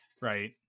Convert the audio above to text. right